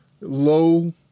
low